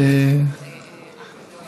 כל